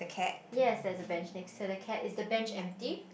yes there's a bench next to the cat is the bench empty